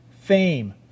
fame